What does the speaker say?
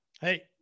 Hey